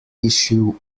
issue